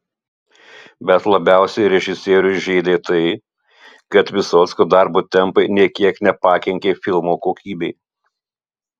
bet labiausiai režisierių žeidė tai kad vysockio darbo tempai nė kiek nepakenkė filmo kokybei